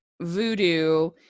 voodoo